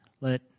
Let